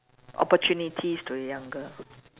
opportunities to younger